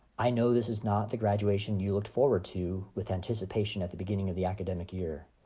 i know this is not the graduation you looked forward to with anticipation at the beginning of the academic year.